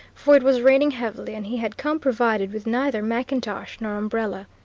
for it was raining heavily, and he had come provided with neither mackintosh nor umbrella.